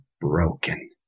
broken